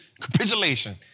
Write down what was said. capitulation